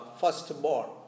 firstborn